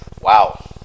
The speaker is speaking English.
wow